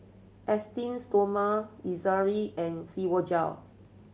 Esteem Stoma Ezerra and Fibogel